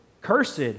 Cursed